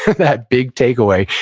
that big takeaway,